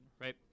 right